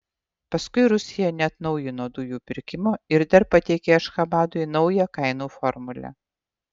paskui rusija neatnaujino dujų pirkimo ir dar pateikė ašchabadui naują kainų formulę